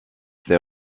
ses